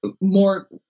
more